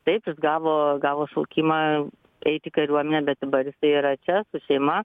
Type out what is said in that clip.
taip jis gavo gavo šaukimą eit į kariuomenę bet dabar jisai yra čia su šeima